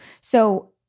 So-